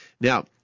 now